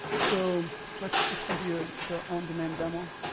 so let's just see here the on-demand demo.